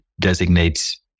designates